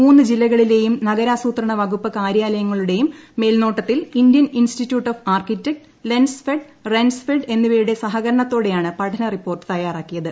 മൂന്ന് ജില്ലകളിലേയും നഗരാസൂത്രണ വകുപ്പ് കാര്യാലയങ്ങളുടെയും മേൽനോട്ടത്തിൽ Indian Institute of Architect Lensfed റെൻസ് ഫെഡ് എന്നിവയുടെ സഹകരണത്തോടെയാണ് പഠന റിപ്പോർട്ട് തയ്യാറാക്കിയത്